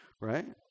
right